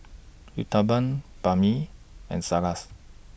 Uthapam Banh MI and Salsa